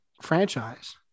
franchise